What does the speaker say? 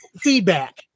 feedback